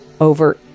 over